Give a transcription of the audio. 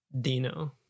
Dino